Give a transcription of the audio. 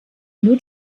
nur